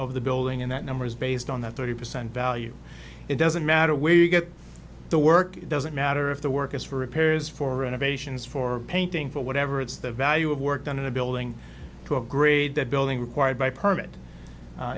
of the building and that number is based on that thirty percent value it doesn't matter where you get the work it doesn't matter if the work is for repairs for renovations for painting for whatever it's the value of work done in a building to upgrade the building required by perm